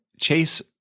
Chase